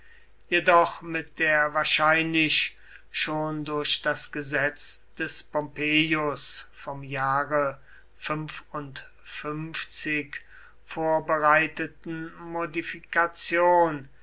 jedoch mit der wahrscheinlich schon durch das gesetz des pompeius vom jahre vorbereiteten modifikation